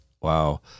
wow